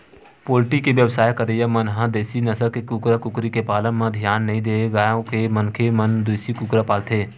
poultry के बेवसाय करइया मन ह देसी नसल के कुकरा कुकरी के पालन म धियान नइ देय गांव के मनखे मन देसी कुकरी पालथे